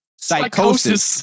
psychosis